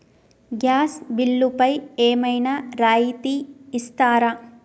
Gas బిల్లుపై ఏమైనా రాయితీ ఇస్తారా?